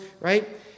right